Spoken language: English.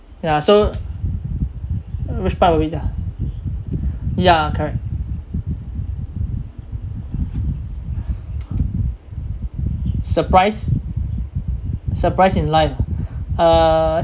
yeah so which part of asia yeah correct surprise surprise in life uh